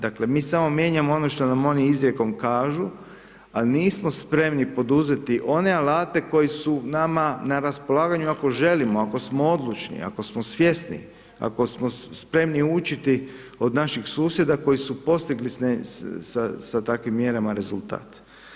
Dakle mi samo mijenjamo ono što nam oni izrijekom kažu ali nismo spremni poduzeti one alate koji su nama na raspolaganju ako želimo, ako smo odlučni, ako smo svjesni, ako smo spremni učiti od naših susjeda koji su postigli sa takvim mjerama rezultat.